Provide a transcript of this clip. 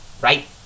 right